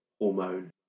hormone